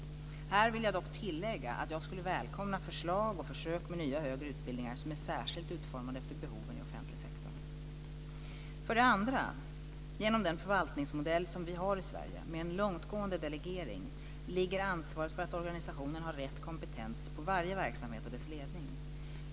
Här vill jag dock tillägga att jag skulle välkomna förslag och försök med nya högre utbildningar som är särskilt utformade efter behoven i offentlig sektor. För det andra: Genom den förvaltningsmodell som vi har i Sverige, med en långtgående delegering, ligger ansvaret för att organisationen har rätt kompetens på varje verksamhet och dess ledning.